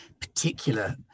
particular